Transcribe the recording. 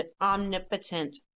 omnipotent